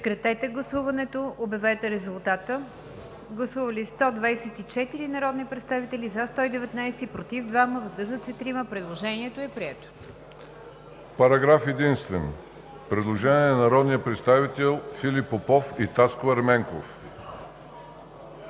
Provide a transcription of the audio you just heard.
Параграф единствен – предложение на народните представители Филип Попов и Таско Ерменков.